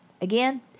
Again